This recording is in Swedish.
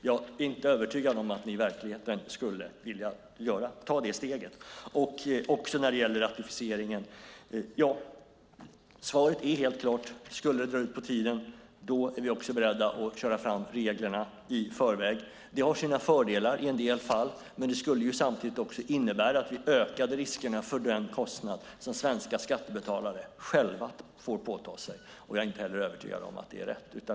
Jag är inte övertygad om att ni i verkligheten skulle vilja ta det steget. Också när det gäller ratificeringen är svaret helt klart. Skulle det dra ut på tiden är vi beredda att köra fram reglerna i förväg. Det har sina fördelar i en del fall, men det skulle samtidigt innebära att vi ökade riskerna för den kostnad som svenska skattebetalare själva får påta sig. Jag är inte övertygad om att det är rätt.